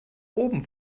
oben